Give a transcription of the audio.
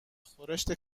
خورشت